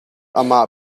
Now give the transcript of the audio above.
amah